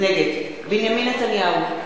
נגד בנימין נתניהו,